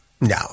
No